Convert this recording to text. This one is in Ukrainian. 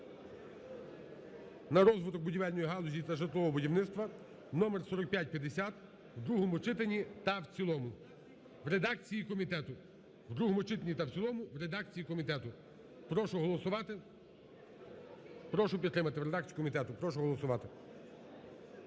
на розвиток будівельної галузі та житлового будівництва" (номер 4550) в другому читанні та в цілому, в редакції комітету, в другому читанні та в цілому, в редакції комітету. Прошу голосувати.